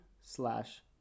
slash